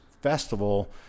festival